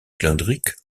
cylindriques